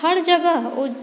हर जगह ओ